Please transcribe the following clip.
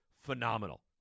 phenomenal